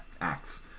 acts